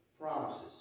promises